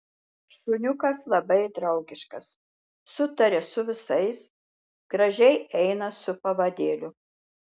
šuniukas labai draugiškas sutaria su visais gražiai eina su pavadėliu